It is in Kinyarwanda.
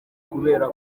kubera